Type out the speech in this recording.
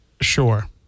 Sure